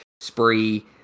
spree